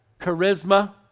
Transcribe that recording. charisma